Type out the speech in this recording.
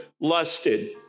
lusted